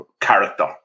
character